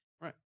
Right